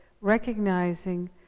recognizing